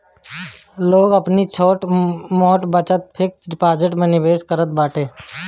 लोग अपनी छोट मोट बचत के फिक्स डिपाजिट में निवेश करत बाटे